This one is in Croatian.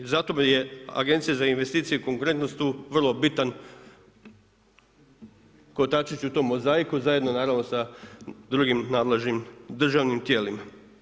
I zato je Agencija za investicije i konkurentnost tu vrlo bitan kotačić u tom mozaiku zajedno naravno sa drugim nadležnim državnim tijelima.